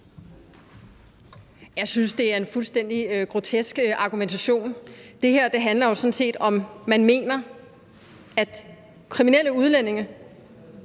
Jeg synes, det er en fuldstændig grotesk argumentation. Det her handler jo sådan set om, om man mener, at kriminelle udlændinge